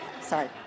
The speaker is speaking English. Sorry